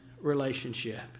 relationship